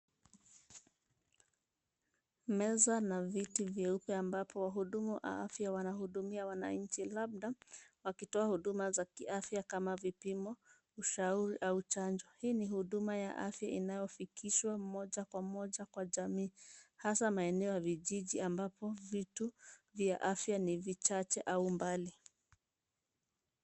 Meza na viti vyeupe ambapo wahudumu wa afya anahudumia wananchi labda wakitoa huduma za kiafya kama vipimo ,ushauri au chanjo. Hii ni huduma ya afya inayofikishwa moja kwa moja kwa jamii hasa maeneo ya vijiji ambapo vituo vya afya ni vichache au mbali.